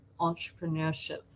entrepreneurship